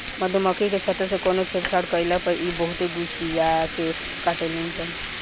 मधुमखी के छत्ता से कवनो छेड़छाड़ कईला पर इ बहुते गुस्सिया के काटेली सन